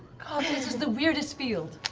this is the weirdest field.